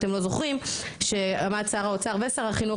אתם לא זוכרים שעמד שר האוצר ושר החינוך